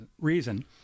reason